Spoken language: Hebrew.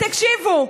תקשיבו.